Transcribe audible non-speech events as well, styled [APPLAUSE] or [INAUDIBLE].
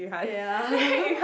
ya [LAUGHS]